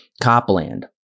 Copland